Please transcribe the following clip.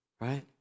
right